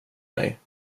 mig